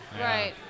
right